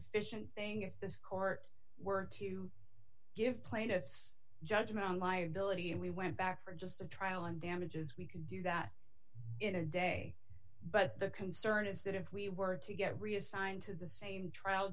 efficient thing if this court were to give plaintiff's judgment on liability and we went back for just a trial and damages we can do that in a day but the concern is that if we were to get reassigned to the same trial